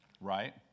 Right